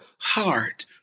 heart